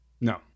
No